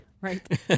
Right